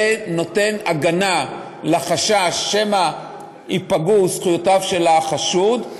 זה נותן הגנה מפני החשש שמא ייפגעו זכויותיו של החשוד.